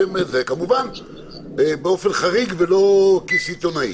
וכמובן באופן חריג ולא כמשהו סיטונאי.